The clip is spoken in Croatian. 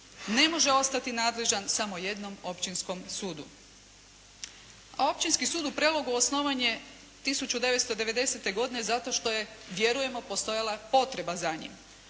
ne može ostati nadležan samo jednom općinskom sudu. Općinski sud u Prelogu osnovan je 1990. godine zato što je vjerujemo postojala potreba za njim.